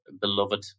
beloved